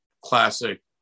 classic